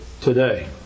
today